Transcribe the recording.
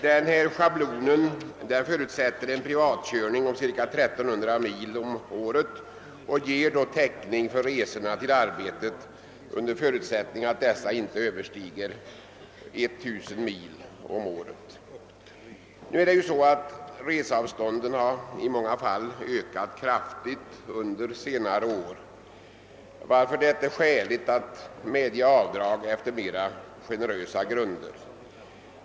Denna schablon förutsätter en privatkörning på cirka 1300 mil om året och ger då täckning för resorna till arbetet under förutsättning att dessa inte överstiger 1 000 mil om året. Reseavstånden har ju ökat kraftigt under senare år, varför det är skäligt att medge avdrag efter mera generösa grunder.